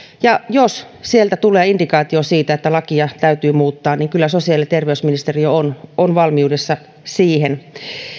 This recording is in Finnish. ja jos sieltä tulee indikaatio siitä että lakia täytyy muuttaa niin kyllä sosiaali ja terveysministeriö on on valmiudessa siihen